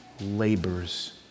labors